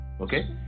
okay